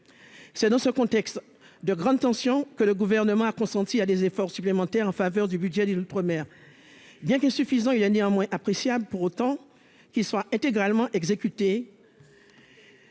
C'est dans ce contexte de grande tension que le Gouvernement a consenti à des efforts supplémentaires en faveur du budget des outre-mer. Bien qu'insuffisants, ils sont néanmoins appréciables, pour peu qu'ils soient intégralement utilisés